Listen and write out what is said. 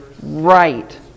Right